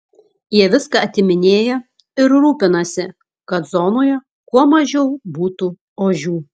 jie viską atiminėja ir rūpinasi kad zonoje kuo mažiau būtų ožių